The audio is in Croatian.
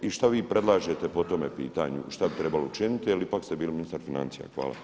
I šta vi predlažete po tome pitanju šta bi trebalo učiniti jer ipak ste bili ministar financija?